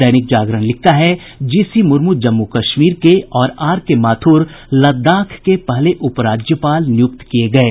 दैनिक जागरण लिखता है जीसी मुर्मू जम्मू कश्मीर के और आर के माथुर लद्दाख के पहले उप राज्यपाल नियुक्त किये गये